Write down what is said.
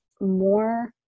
more